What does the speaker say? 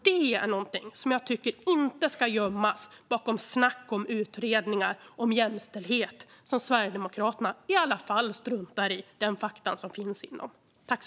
Det är något som inte ska gömmas bakom snack om utredningar om jämställdhet, när Sverigedemokraterna i alla fall struntar i de fakta som redan finns.